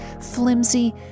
flimsy